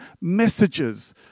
messages